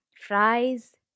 fries